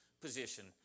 position